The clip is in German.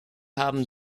haben